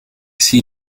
zie